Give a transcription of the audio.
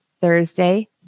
Thursday